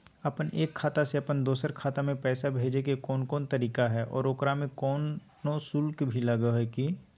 अपन एक खाता से अपन दोसर खाता में पैसा भेजे के कौन कौन तरीका है और ओकरा में कोनो शुक्ल भी लगो है की?